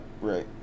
Right